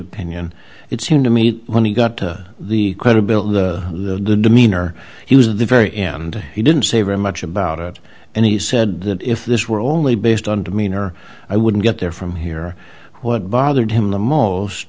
opinion it seemed to me when he got to the credibility of the demeanor he was the very end he didn't say very much about it and he said that if this were only based on demeanor i wouldn't get there from here what bothered him the m